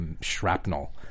shrapnel